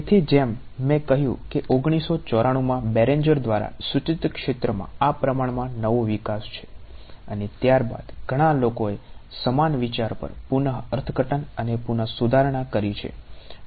તેથી જેમ મેં કહ્યું છે કે 1994 માં બેરેન્જર દ્વારા સૂચિત ક્ષેત્રમાં આ પ્રમાણમાં નવો વિકાસ છે અને ત્યારબાદ ઘણા લોકોએ સમાન વિચાર પર પુન અર્થઘટન કરી છે ઓકે